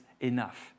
enough